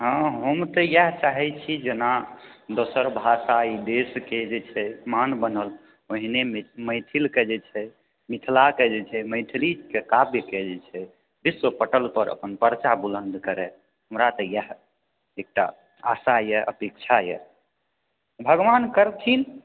हँ हम तऽ इएह चाहै छी जेना दोसर भाषा ई देश के जे मान बनल ओहिने मैथिल के जे छै मिथिला कऽ जे छै मैथिली के काव्य के जे छै विश्व पटल पर अपन परचा बुलंद करय हमरा तऽ इएह एकटा आशा यऽ अपेक्षा यऽ भगवान करथिन